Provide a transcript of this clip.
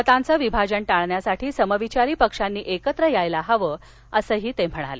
मतांचं विभाजन टाळण्यासाठी समविचारी पक्षांनी एकत्र यायला हवं असं ते म्हणाले